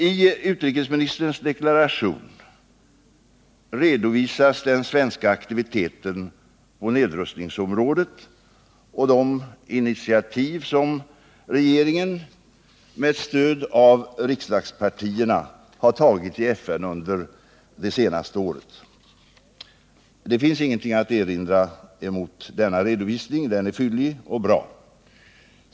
I utrikesministerns deklaration redovisas den svenska aktiviteten på nedrustningsområdet och de initiativ som regeringen, med stöd av riksdagspartierna, har tagit i FN under det senaste året. Det finns ingenting att erinra mot denna redovisning; den är fyllig och bra.